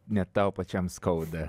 net tau pačiam skauda